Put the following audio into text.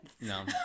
No